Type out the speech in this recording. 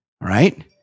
right